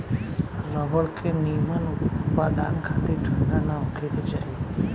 rubber के निमन उत्पदान खातिर ठंडा ना होखे के चाही